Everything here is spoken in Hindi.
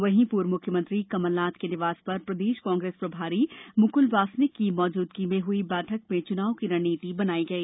वहीं पूर्व मुख्यमंत्री कमलनाथ के निवास पर प्रदेश कांग्रेस प्रभारी मुकुल वासनिक की मौजूदगी में हुई बैठक में चुनाव की रणनीति बनाई गई